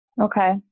Okay